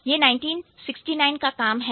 यह 1969 का काम है